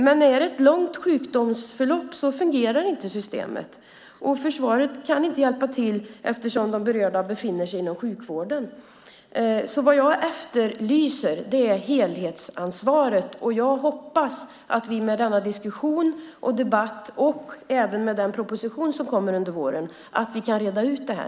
Men är det ett långt sjukdomsförlopp fungerar inte systemet, och försvaret kan inte hjälpa till eftersom de berörda befinner sig inom sjukvården. Det som jag efterlyser är helhetsansvaret. Jag hoppas att vi med denna diskussion och debatt, och även med den proposition som kommer under våren, kan reda ut detta.